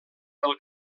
del